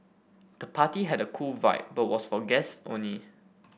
the party had a cool vibe but was for guests only